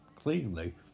cleanly